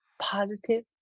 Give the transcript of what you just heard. Positive